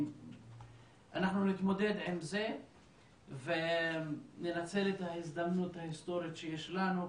אנחנו נתמודד עם זה וננצל את ההזדמנות ההיסטורית שיש לנו.